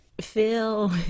Phil